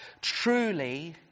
truly